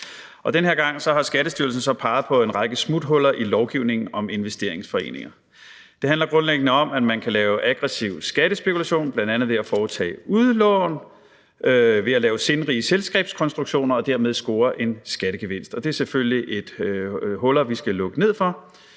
Den her gang har Skattestyrelsen så peget på en række smuthuller i lovgivningen om investeringsforeninger. Det handler grundlæggende om, at man kan lave aggressiv skattespekulation, bl.a. ved at foretage udlån og ved at lave sindrige selskabskonstruktioner og dermed score en skattegevinst, og det er selvfølgelig et hul, vi skal lukke. Det er